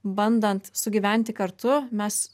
bandant sugyventi kartu mes